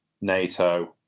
NATO